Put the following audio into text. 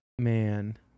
Man